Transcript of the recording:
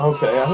Okay